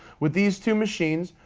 with these two machines,